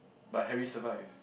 but Harry survived